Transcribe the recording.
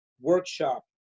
workshop